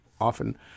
often